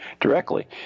directly